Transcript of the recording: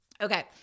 Okay